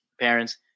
parents